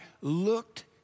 looked